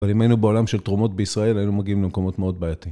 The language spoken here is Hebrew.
אבל אם היינו בעולם של תרומות בישראל, היינו מגיעים למקומות מאוד בעייתיים.